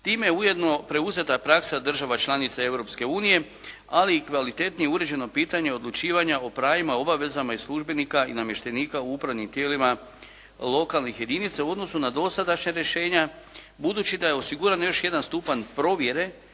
Time je ujedno preuzeta praksa država članica Europske unije, ali i kvalitetnije uređeno pitanje odlučivanja o pravima i obavezama službenika i namještenika u upravnim tijelima lokalnih jedinica u odnosu na dosadašnja rješenja budući da je osiguran još jedan stupanj provjere